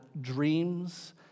dreams